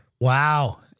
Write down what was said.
Wow